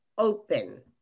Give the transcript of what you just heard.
Open